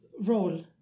role